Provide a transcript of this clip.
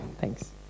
Thanks